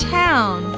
town